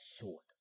short